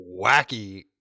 wacky